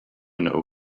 know